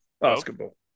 Basketball